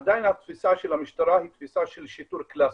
עדיין התפיסה של המשטרה היא תפיסה של שיטור קלאסי.